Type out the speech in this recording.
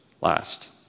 last